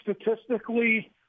statistically